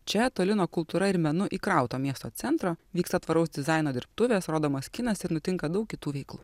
čia toli nuo kultūra ir menu įkrauto miesto centro vyksta tvaraus dizaino dirbtuvės rodomas kinas ir nutinka daug kitų veiklų